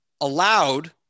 allowed